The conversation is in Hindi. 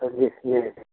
जी जी